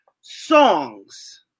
songs